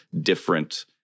different